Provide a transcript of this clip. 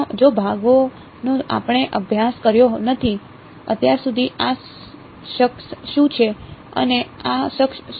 જે ભાગોનો આપણે અભ્યાસ કર્યો નથી અત્યાર સુધી આ શખ્સ શું છે અને આ શખ્સ શું છે